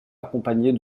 accompagnée